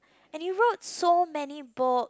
and he rode so many boat